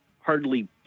hardly